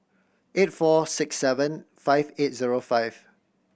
eight four six seven five eight zero five